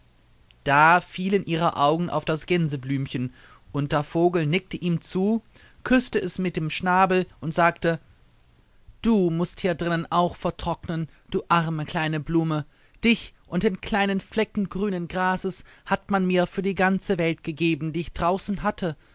da fielen ihre augen auf das gänseblümchen und der vogel nickte ihm zu küßte es mit dem schnabel und sagte du mußt hier drinnen auch vertrocknen du arme kleine blume dich und den kleinen flecken grünen grases hat man mir für die ganze welt gegeben die ich draußen hatte